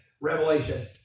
Revelation